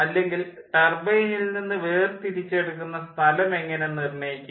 അല്ലെങ്കിൽ ടർബൈനിൽ നിന്ന് വേർതിരിച്ചെടുക്കുന്ന സ്ഥലം എങ്ങനെ നിർണ്ണയിക്കും